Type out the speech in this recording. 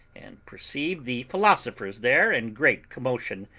and perceived the philosophers there in great commotion.